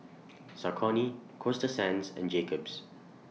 Saucony Coasta Sands and Jacob's